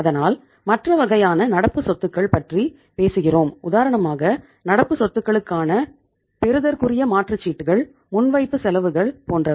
அதனால் மற்ற வகையான நடப்பு சொத்துக்கள் பற்றி பேசுகிறோம் உதாரணமாக நடப்பு சொத்துக்களான பெறுதற்குரிய மாற்று சீட்டுகள் முன்வைப்பு செலவுகள் போன்றவை